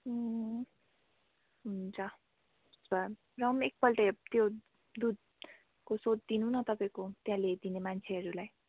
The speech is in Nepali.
अँ हुन्छ त्यसो भए पनि एकपल्ट त्यो दुधको सोधिदिनु न तपाईँको त्यहाँ ल्याइदिने मान्छेहरूलाई